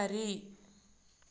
उपरि